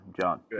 John